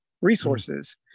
resources